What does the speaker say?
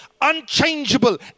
unchangeable